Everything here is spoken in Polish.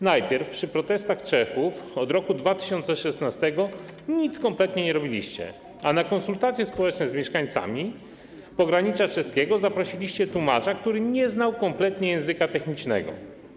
Najpierw przy protestach Czechów od roku 2016 kompletnie nic nie robiliście, a na konsultacje społeczne z mieszkańcami pogranicza czeskiego zaprosiliście tłumacza, który nie znał języka technicznego.